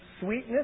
sweetness